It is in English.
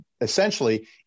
Essentially